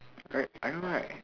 I I know right